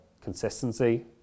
consistency